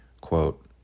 Quote